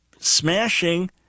Smashing